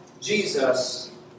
Jesus